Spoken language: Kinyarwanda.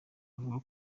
avuga